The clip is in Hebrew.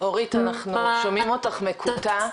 אורית אנחנו שומעים אותך מקוטע.